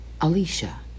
Alicia